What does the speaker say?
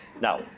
Now